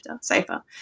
safer